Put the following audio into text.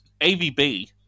AVB